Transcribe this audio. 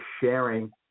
sharing